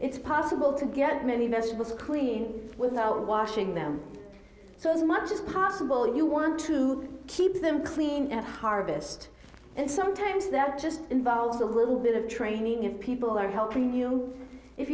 it's possible to get many vegetables clean without washing them so as much as possible you want to keep them clean and harvest and sometimes that just involves a little bit of training of people who are helping you if